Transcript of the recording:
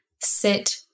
sit